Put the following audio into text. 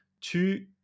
Tu